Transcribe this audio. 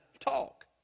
talk